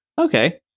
Okay